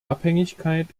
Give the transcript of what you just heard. abhängigkeit